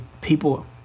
people